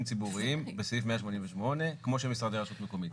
ציבוריים בסעיף 188 כמו שמשרדי רשות מקומית,